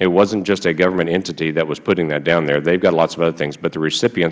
it wasnt just a government entity that was putting it down there they have lots of other things but the recipients